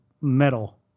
metal